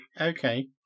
Okay